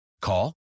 Call